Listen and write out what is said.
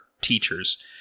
teachers